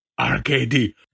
RkD